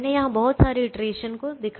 मैंने यहाँ बहुत सारे इटरेशन को दिखाया है